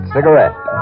Cigarette